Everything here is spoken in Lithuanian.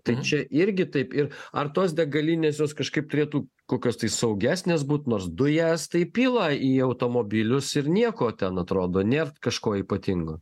tai čia irgi taip ir ar tos degalinės jos kažkaip turėtų kokios tai saugesnės būt nors dujas tai pila į automobilius ir nieko ten atrodo nėra kažko ypatingo